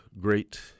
great